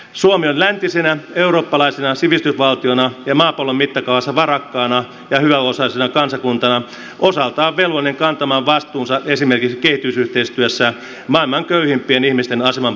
suomi on läntisenä eurooppalaisena sivistysvaltiona ja maapallon mittakaavassa varakkaana ja hyväosaisena kansakuntana osaltaan velvollinen kantamaan vastuunsa esimerkiksi kehitysyhteistyössä maailman köyhimpien ihmisten aseman parantamiseksi